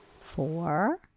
Four